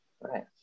Right